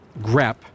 grep